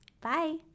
Bye